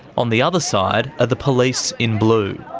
on the other side are the police in blue.